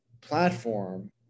platform